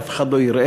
שאף אחד לא יראה.